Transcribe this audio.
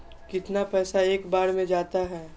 कितना पैसा एक बार में जाता है?